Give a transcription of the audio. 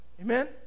Amen